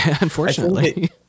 unfortunately